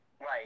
Right